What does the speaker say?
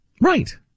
Right